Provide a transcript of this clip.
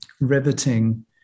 riveting